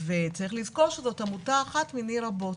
צריך לזכור שזאת עמותה אחת מני רבות,